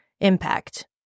impact